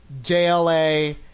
JLA